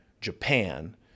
Japan